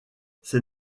ces